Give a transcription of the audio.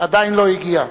עדיין לא הגיע.